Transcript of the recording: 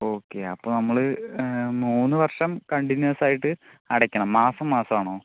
okay അപ്പോൾ നമ്മള് മൂന്ന് വർഷം കണ്ടിനോസ് ആയിട്ട് അടക്കണം മാസം മാസം ആണോ